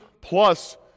plus